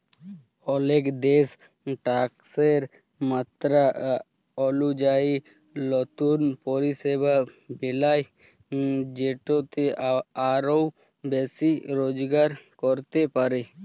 অলেক দ্যাশ ট্যাকসের মাত্রা অলুজায়ি লতুল পরিষেবা বেলায় যেটতে আরও বেশি রজগার ক্যরতে পারে